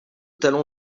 talon